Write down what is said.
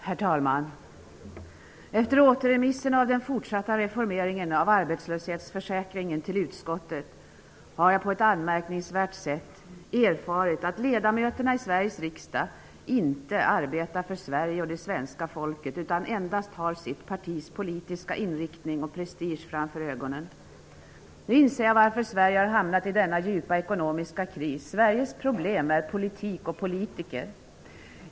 Herr talman! Efter återremissen till utskottet av ärendet om den fortsatta reformeringen av arbetslöshetsförsäkringen har jag på ett anmärkningsvärt sätt erfarit att ledamöterna i Sveriges riksdag inte arbetar för Sverige och det svenska folket utan endast har sitt partis politiska inriktning och prestige för ögonen. Nu inser jag varför Sverige har hamnat i så djup ekonomisk kris: Sveriges problem är politik och politiker.